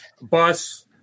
bus